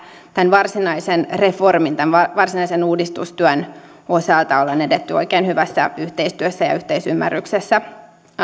tämän varsinaisen reformin tämän varsinaisen uudistustyön osalta ollaan edetty oikein hyvässä yhteistyössä ja ja yhteisymmärryksessä